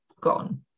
gone